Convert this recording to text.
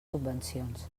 subvencions